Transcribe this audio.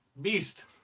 beast